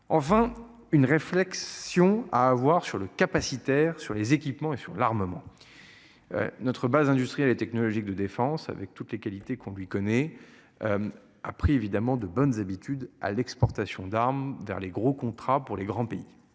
vain une réflexion à avoir sur le capacitaire sur les équipements et sur l'armement. Notre base industrielle et technologique de défense avec toutes les qualités qu'on lui connaît. A pris évidemment de bonnes habitudes à l'exportation d'armes vers les gros contrats pour les grands pays,